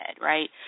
right